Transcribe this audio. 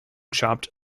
chopped